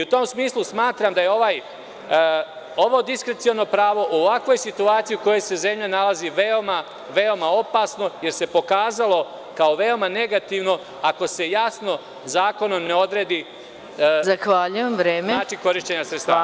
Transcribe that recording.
U tom smislu smatram da je ovo diskreciono pravo u ovakvoj situaciji u kojoj se zemlja nalazi veoma opasno, jer se pokazalo kao veoma negativno ako se jasno zakonom ne odredi način korišćenja sredstava.